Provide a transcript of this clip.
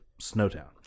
Snowtown